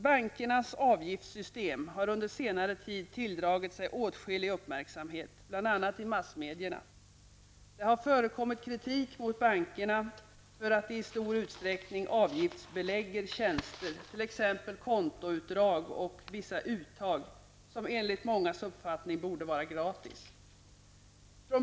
Bankernas avgiftssystem har under senare tid tilldragit sig åtskillig uppmärksamhet, bl.a. i massmedierna. Det har förekommit kritik mot bankerna för att de i stor utsträckning avgiftsbelägger tjänster, t.ex. kontoutdrag eller vissa uttag, som enligt mångas uppfattning borde vara gratis.